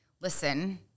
listen